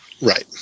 Right